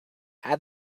add